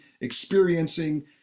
experiencing